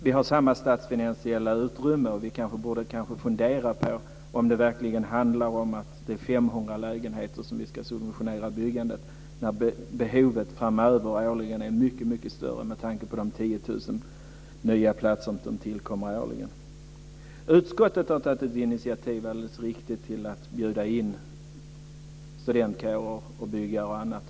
Vi har samma statsfinansiella utrymme, och vi borde kanske fundera på om det verkligen handlar om det är 500 lägenheter som vi ska subventionera byggandet av när behovet framöver är mycket större än så med tanke på de Det är alldeles riktigt att utskottet har tagit initiativ till att bjuda in studentkårer, byggare och andra.